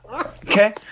Okay